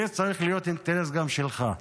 זה צריך להיות אינטרס גם שלך.